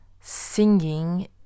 singing